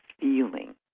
feeling